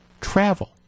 travel